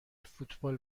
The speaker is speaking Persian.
فوتبال